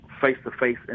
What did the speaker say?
face-to-face